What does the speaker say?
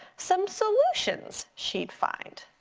some solutions she'd find.